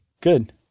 good